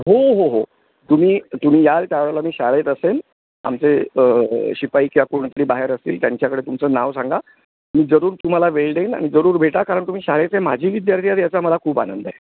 हो हो हो तुम्ही तुम्ही याल त्यावेळेला मी शाळेत असेन आमचे शिपाई किंवा कोणीतरी बाहेर असतील त्यांच्याकडे तुमचं नाव सांगा मग मी जरूर तुम्हाला वेळ देईन आणि जरूर भेटा कारण तुम्ही शाळेचे माजी विद्यार्थी आहेत याचा मला खूप आनंद आहे